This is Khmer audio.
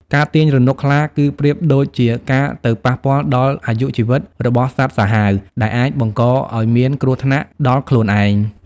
ការទាញរនុកខ្លាគឺប្រៀបដូចជាការទៅប៉ះពាល់ដល់អាយុជីវិតរបស់សត្វសាហាវ ដែលអាចបង្កឱ្យមានគ្រោះថ្នាក់ដល់ខ្លួនឯង។